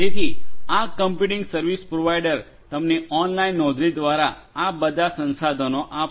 તેથી આ computing service provider તમને ઓનલાઇન નોંધણી દ્વારા આ બધા સંસાધનો આપશે